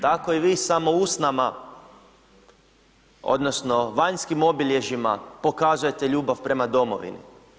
Tako i vi samo usnama odnosno vanjskim obilježjima pokazujete ljubav prema domovini.